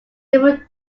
several